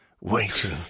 waiting